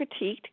critiqued